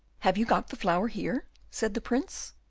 have you got the flower here? said the prince,